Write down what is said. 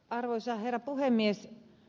arvoisa herra puhemies